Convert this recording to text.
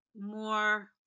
more